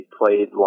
played